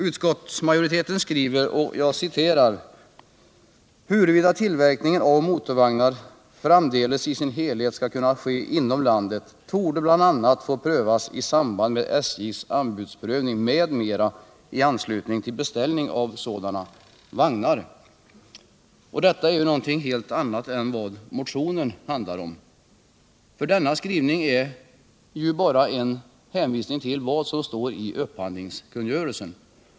Utskottsmajoriteten skriver: ”Huruvida tillverkningen av motorvagnar framdeles i sin helhet skall kunna ske inom landet torde bl.a. få prövas i samband med SJ:s anbudsprövning m.m. i anslutning till beställning av sådana vagnar.” Detta är ju någonting helt annat än vad motionen handlar om. Denna skrivning är ju bara en hänvisning till vad som står i upphandlingskungörelsen.